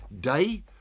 day